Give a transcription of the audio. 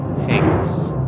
Hanks